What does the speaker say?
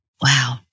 Wow